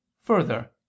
Further